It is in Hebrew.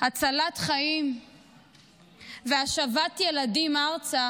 הצלת חיים והשבת ילדים ארצה